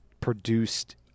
produced